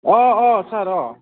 अ अ सार अ